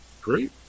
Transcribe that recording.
Great